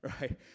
Right